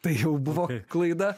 tai jau buvo klaida